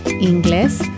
inglés